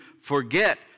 forget